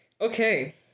Okay